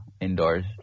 Indoors